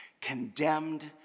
condemned